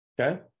okay